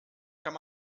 kann